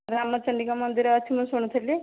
ରାମଚଣ୍ଡୀଙ୍କ ମନ୍ଦିର ଅଛି ମୁଁ ଶୁଣିଥିଲି